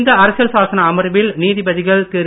இந்த அரசியல் சாசன அமர்வில் நீதிபதிகள் திரு